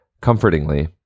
comfortingly